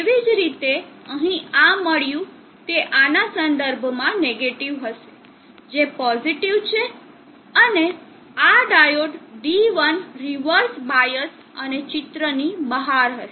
તેવી જ રીતે અહીં આ મળ્યું તે આના સંદર્ભમાં નેગેટીવ હશે જે પોઝિટીવ છે અને આ ડાયોડ D1 રીવર્સ બાયસ અને ચિત્રની બહાર હશે